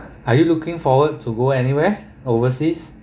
are you looking forward to go anywhere overseas